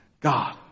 God